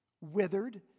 withered